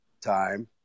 time